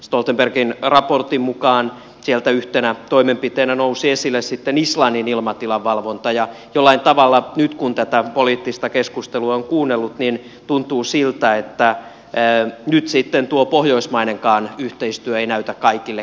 stoltenbergin raportista yhtenä toimenpiteenä nousi esille sitten islannin ilmatilan valvonta ja jollain tavalla nyt kun tätä poliittista keskustelua on kuunnellut tuntuu siltä että nyt sitten tuo pohjoismainenkaan yhteistyö ei näytä kaikille kelpaavan